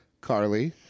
Carly